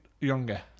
younger